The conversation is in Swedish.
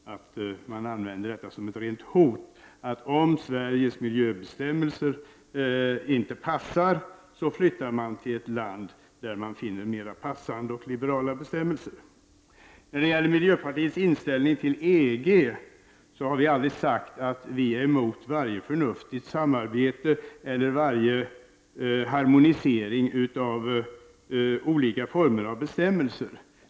Man använder som ett rent hot att om Sveriges miljöbestämmelser inte passar, flyttar man till ett land där man finner mera passande och liberala bestämmelser. När det gäller miljöpartiets inställning till EG har vi aldrig sagt att vi är emot varje förnuftigt samarbete eller varje harmonisering av olika former av bestämmelser.